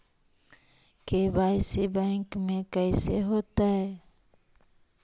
KYC bank में कैसे होतै?